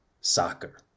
soccer